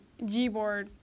Gboard